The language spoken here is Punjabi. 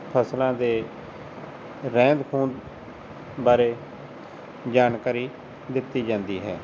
ਫ਼ਸਲਾਂ ਦੇ ਰਹਿੰਦ ਖੂੰਹਦ ਬਾਰੇ ਜਾਣਕਾਰੀ ਦਿੱਤੀ ਜਾਂਦੀ ਹੈ